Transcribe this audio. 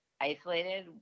isolated